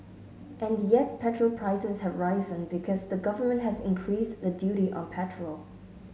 and yet petrol prices have risen because the Government has increased the duty on petrol